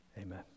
Amen